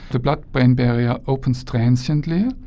the blood-brain barrier opens transiently,